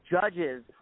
judges